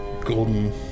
Golden